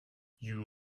you